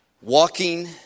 Walking